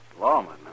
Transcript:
lawman